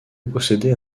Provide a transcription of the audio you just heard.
possédait